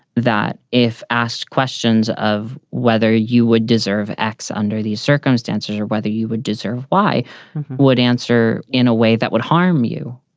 that if asked questions of whether you would deserve acts under these circumstances or whether you would deserve why you would answer in a way that would harm you.